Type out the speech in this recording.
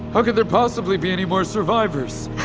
how could there possibly be any more survivors?